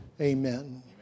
Amen